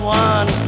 one